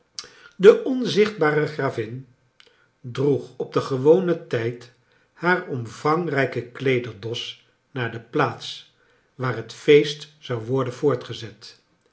de onzichtbare gravin droeg op den gewonen tijd haar omvangrijken kleederdos naar de plaats waar het feest zon worden voortgezet